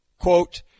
quote